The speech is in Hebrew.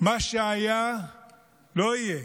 מה שהיה לא יהיה: